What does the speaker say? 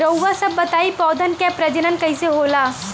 रउआ सभ बताई पौधन क प्रजनन कईसे होला?